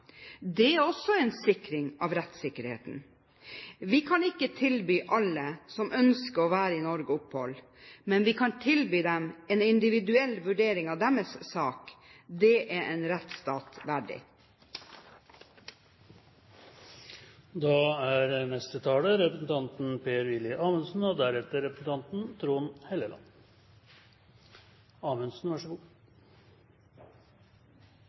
Det er også en sikring av rettssikkerheten. Vi kan ikke tilby alle som ønsker å være i Norge, opphold, men vi kan tilby dem en individuell vurdering av deres sak. Det er en rettsstat verdig. Jeg må si det er forstemmende å lytte til representanten Geir Jørgen Bekkevold og